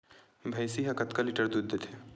भंइसी हा कतका लीटर दूध देथे?